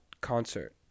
concert